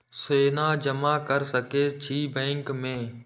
सोना जमा कर सके छी बैंक में?